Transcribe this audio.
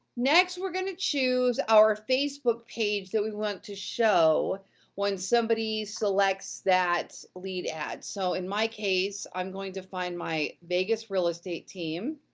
next we're gonna choose our facebook page that we want to show when somebody selects that lead ad. so, in my case, i'm going to find my vegas real estate team.